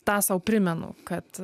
tą sau primenu kad